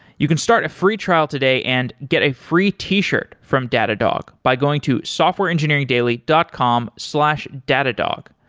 you can start a free trial today and get a free t-shirt from datadog by going to softwareengineeringdaily dot com slash datadog.